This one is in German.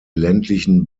ländlichen